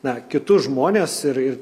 na kitus žmones ir ir